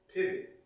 Pivot